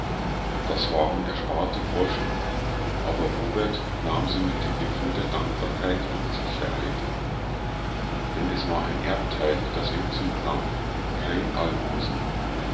das waren ersparte groschen aber robert nahm sie mit dem gefühl der dankbarkeit und sicherheit denn es war ein erbteil das ihm zukam kein almosen